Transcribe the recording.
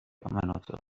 مناطق